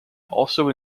also